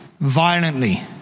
Violently